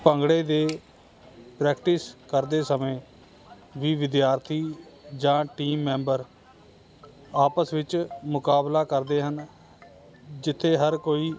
ਭੰਗੜੇ ਦੇ ਪ੍ਰੈਕਟਿਸ ਕਰਦੇ ਸਮੇਂ ਵੀ ਵਿਦਿਆਰਥੀ ਜਾਂ ਟੀਮ ਮੈਂਬਰ ਆਪਸ ਵਿੱਚ ਮੁਕਾਬਲਾ ਕਰਦੇ ਹਨ ਜਿੱਥੇ ਹਰ ਕੋਈ